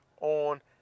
On